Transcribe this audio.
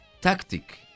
tactic